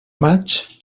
maig